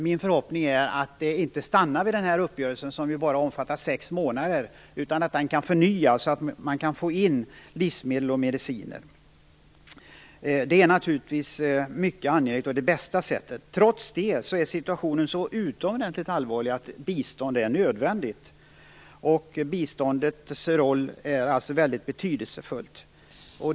Min förhoppning är att det inte stannar vid uppgörelsen, som ju bara omfattar 6 månader, utan att den kommer att förnyas så att man kan föra in livsmedel och mediciner. Det är naturligtvis mycket angeläget, och det är också det bästa sättet. Trots det är situationen så utomordentligt allvarlig att bistånd är nödvändigt. Biståndet spelar alltså en mycket betydelsefull roll.